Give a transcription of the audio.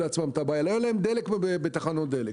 לא היה להם דלק בתחנות דלק.